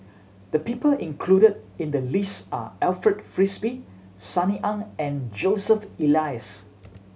the people included in the list are Alfred Frisby Sunny Ang and Joseph Elias